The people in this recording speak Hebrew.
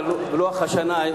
בלוח השנה,